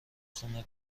خون